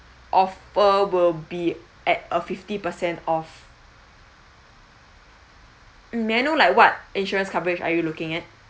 offer will be at a fifty percent off may I know like what insurance coverage are you looking at